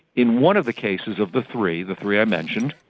in one of the cases of the three, the three i mentioned,